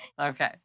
Okay